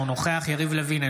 אינו נוכח יריב לוין,